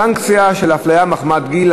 סנקציה על הפליה מחמת גיל),